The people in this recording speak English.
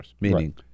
meaning